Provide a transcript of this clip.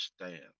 stand